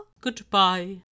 Goodbye